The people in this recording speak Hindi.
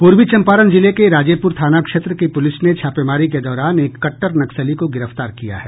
पूर्वी चम्पारण जिले के राजेप्र थाना क्षेत्र की पूलिस ने छापेमारी के दौरान एक कट्टर नक्सली को गिरफ्तार किया है